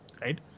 Right